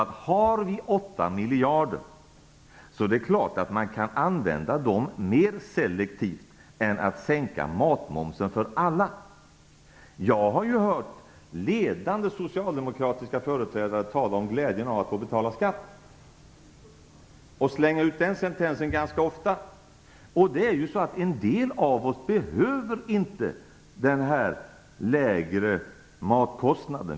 Men har man 8 miljarder kan man naturligtvis använda dem mer selektivt än till att sänka matmomsen för alla. Jag har hört ledande socialdemokratiska företrädare ganska ofta tala om glädjen av att få betala skatt. Det är ju så att en del av oss inte behöver den här lägre matkostnaden.